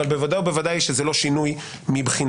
אבל ודאי וודאי שזה לא שינוי מבחינתכם.